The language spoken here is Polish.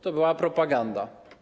To była propaganda.